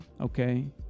Okay